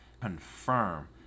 confirm